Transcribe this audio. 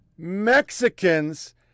Mexicans